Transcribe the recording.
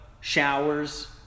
showers